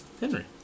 Henry